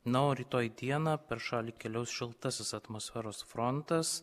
na o rytoj dieną per šalį keliaus šiltasis atmosferos frontas